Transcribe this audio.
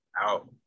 out